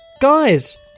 Guys